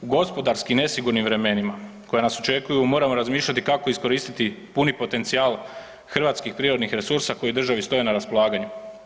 U gospodarski nesigurnim vremenima koja nas očekuju moramo razmišljati kako iskoristiti puni potencijal hrvatskih prirodnih resursa koje državi stoje na raspolaganju.